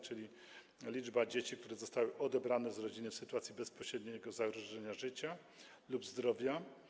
Czyli chodzi tu o liczbę dzieci, które zostały odebrane z rodziny w sytuacji bezpośredniego zagrożenia życia lub zdrowia.